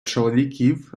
чоловіків